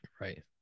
Right